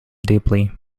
deeply